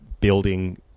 building